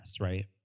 right